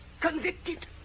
convicted